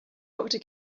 doctor